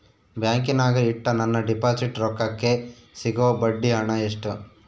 ಬ್ಯಾಂಕಿನಾಗ ಇಟ್ಟ ನನ್ನ ಡಿಪಾಸಿಟ್ ರೊಕ್ಕಕ್ಕೆ ಸಿಗೋ ಬಡ್ಡಿ ಹಣ ಎಷ್ಟು?